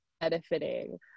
benefiting